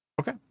okay